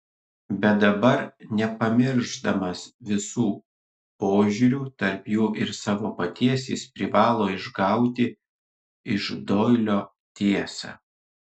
bet dabar nepamiršdamas visų požiūrių tarp jų ir savo paties jis privalo išgauti iš doilio tiesą